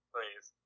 Please